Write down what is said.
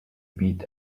meet